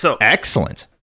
Excellent